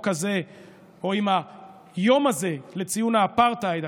הזה או עם היום הזה לציון האפרטהייד,